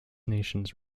nations